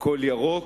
והכול ירוק.